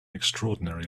extraordinary